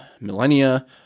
millennia